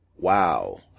Wow